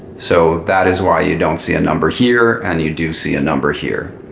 so that is why you don't see a number here, and you do see a number here.